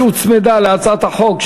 שהוצמדה להצעת החוק,